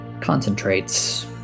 concentrates